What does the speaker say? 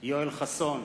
יואל חסון,